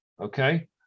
okay